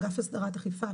אגף הסדרת אכיפה,